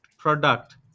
product